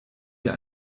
wir